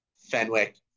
Fenwick